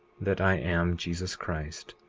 that i am jesus christ,